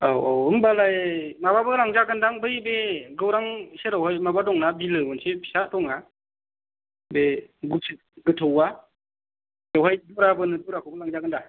औ औ होनबालाय माबाबो लांजागोनदां बै बे गौरां सेरावहाय माबा दंना बिलो मोनसे फिसा दंना बे गोथौआ बेवहाय दुरा बोनो दुराखौबो लांजागोन्दा